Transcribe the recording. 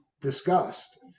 discussed